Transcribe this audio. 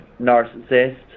narcissist